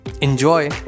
Enjoy